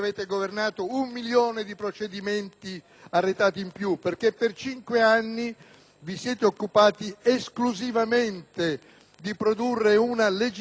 vi siete occupati esclusivamente di produrre una legislazione *ad personam*, ivi compresa la nuova disciplina televisiva,